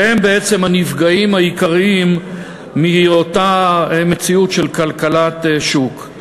שהם בעצם הנפגעים העיקריים מאותה מציאות של כלכלת שוק.